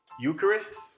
Eucharist